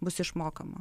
bus išmokama